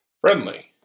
friendly